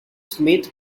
smith